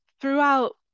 throughout